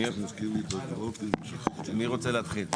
מי רוצה להתחיל?